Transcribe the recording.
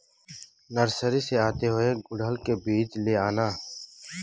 nursery से आते हुए गुड़हल के बीज ले आना